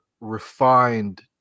refined